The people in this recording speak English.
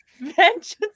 vengeance